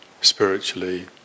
spiritually